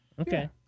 Okay